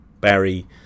Barry